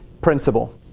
principle